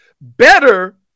better